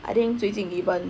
I think 最近 even